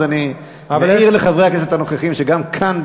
אז אני מעיר לחברי הכנסת הנוכחים שגם כאן,